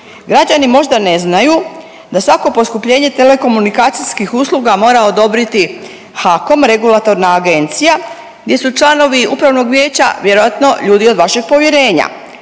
Građani možda ne znaju da svako poskupljenje telekomunikacijskih usluga mora odobriti HAKOM, regulatorna agencija gdje su članovi upravnog vijeća vjerojatno ljudi od vašeg povjerenja